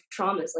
traumas